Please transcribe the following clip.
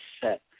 set